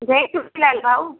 जय झूलेलाल भाऊ